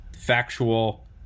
factual